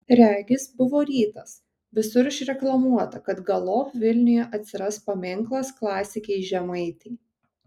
regis buvo rytas visur išreklamuota kad galop vilniuje atsiras paminklas klasikei žemaitei